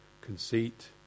conceit